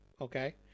okay